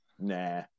nah